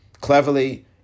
Cleverly